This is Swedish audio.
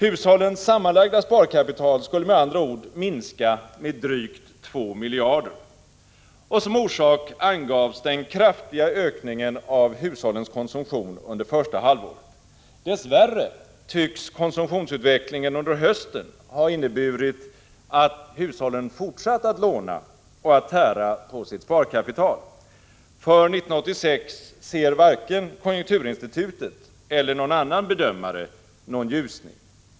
Hushållens sammanlagda sparkapital skulle med andra ord minska med drygt 2 miljarder kronor. Som orsak angavs den kraftiga ökningen av hushållens konsumtion under första halvåret. Dess värre tycks konsumtionsutvecklingen under hösten ha inneburit att hushållen fortsatt att låna och att tära på sitt sparkapital. För 1986 ser varken konjunkturinstitutet eller någon annan bedömare någon ljusning.